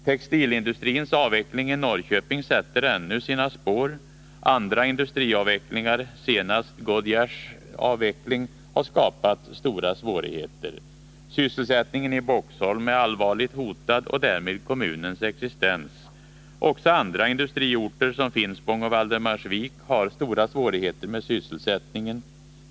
Textilindustrins avveckling i Norrköping sätter ännu sina spår. Andra industriavvecklingar, senast Goodyears avveckling, har skapat stora svårigheter. Sysselsättningen i Boxholm är allvarligt hotad och därmed kommunens existens. Också andra industriorter som Finspång och Valdemarsvik har stora Nr 90 svårigheter med sysselsättningen.